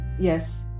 Yes